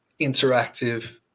interactive